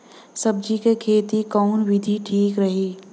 सब्जी क खेती कऊन विधि ठीक रही?